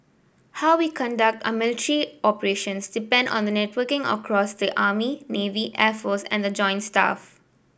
how we conduct our military operations depend on networking across the army navy air force and the joint staff